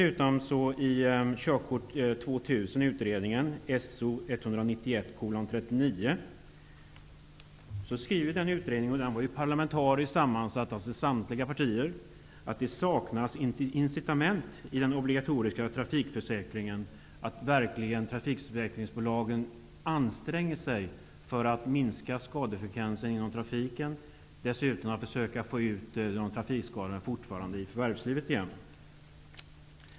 Utredningen Körkort 2000, som var sammansatt av samtliga parlamentariska partier, skriver i sitt betänkande att trafikförsäkringsbolagen saknar incitament i den obligatoriska trafikförsäkringen att anstränga sig för att minska skadefrekvensen inom trafiken liksom att snabbt försöka få ut de trafikskadade i arbetslivet igen.